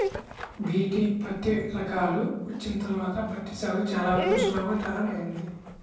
BT పత్తి రకాలు వచ్చిన తర్వాత పత్తి సాగు చాలా వరకు సులభతరమైంది